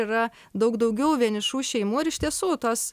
yra daug daugiau vienišų šeimų ar iš tiesų tos